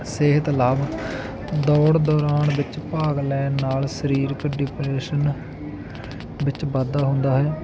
ਸਿਹਤ ਲਾਭ ਦੌੜ ਦੌਰਾਨ ਵਿੱਚ ਭਾਗ ਲੈਣ ਨਾਲ ਸਰੀਰਕ ਡੀਪਰੈਸ਼ਨ ਵਿੱਚ ਵਾਧਾ ਹੁੰਦਾ ਹੈ